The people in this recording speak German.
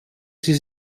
sie